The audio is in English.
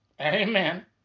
Amen